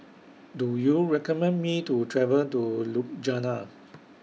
Do YOU recommend Me to travel to Ljubljana